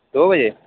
दो बजे